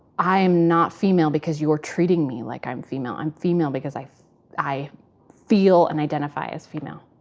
i'm not female because you're treating me like i'm female. i'm female because i i feel and identify as female,